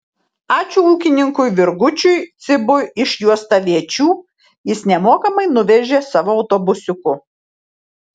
ačiū ūkininkui virgučiui cibui iš juostaviečių jis nemokamai nuvežė savo autobusiuku